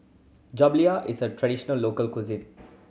jaberlia is a traditional local cuisine